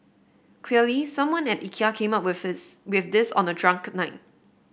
clearly someone at Ikea came up with his with this on a drunk night